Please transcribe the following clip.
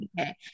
okay